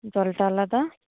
জলটা আলাদা